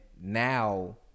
now